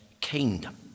kingdom